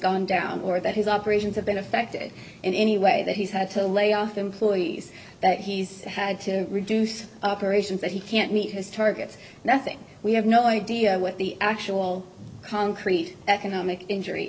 gone down or that his operations have been affected in any way that he's had to lay off employees that he's had to reduce operations that he can't meet his targets nothing we have no idea what the actual concrete economic injury